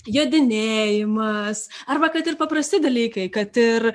jodinėjimas arba kad ir paprasti dalykai kad ir